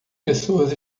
pessoas